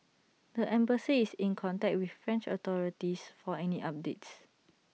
the embassy is in contact with French authorities for any updates